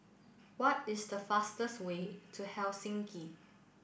what is the fastest way to Helsinki